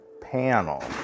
panel